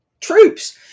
troops